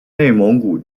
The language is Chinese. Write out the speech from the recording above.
内蒙古